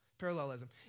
parallelism